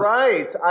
right